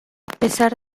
pesar